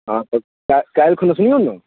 हँ तऽ काल्हि खुना सुनिऔ ने